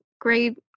great